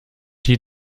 die